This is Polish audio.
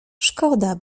szkoda